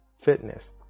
fitness